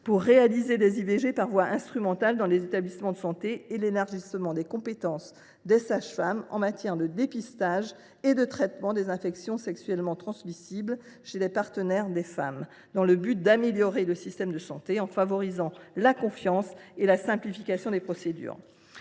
de réaliser des IVG par voie instrumentale dans les établissements de santé ; élargissement des compétences des sages femmes en matière de dépistage et de traitement des infections sexuellement transmissibles chez les partenaires des femmes. Toutes ces dispositions ont pour but d’améliorer le système de santé en favorisant la confiance et la simplification des procédures.